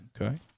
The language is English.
Okay